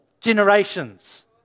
generations